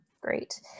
great